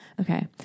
Okay